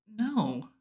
No